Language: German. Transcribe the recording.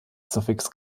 suffix